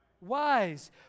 wise